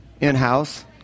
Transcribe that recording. in-house